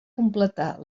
completar